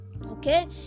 Okay